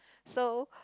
so